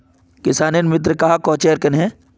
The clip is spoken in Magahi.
किसानेर मित्र कहाक कोहचे आर कन्हे?